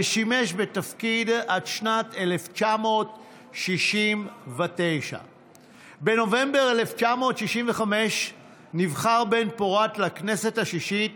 ושימש בתפקיד עד שנת 1969. בנובמבר 1965 נבחר בן-פורת לכנסת השישית